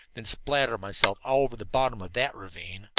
than spatter myself all over the bottom of that ravine.